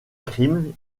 crime